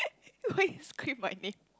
why you scream my name